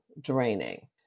draining